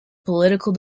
political